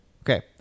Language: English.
Okay